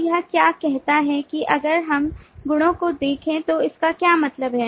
तो यह क्या कहता है कि अगर हम गुणाओं को देखें तो इसका क्या मतलब है